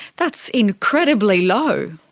that's incredibly low.